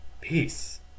Peace